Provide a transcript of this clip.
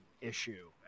issue